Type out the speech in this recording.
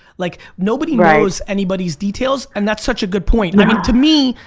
like nobody knows anybody's details and that's such a good point. and i mean to me,